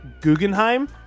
Guggenheim